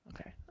Okay